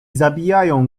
zabijają